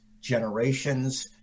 generations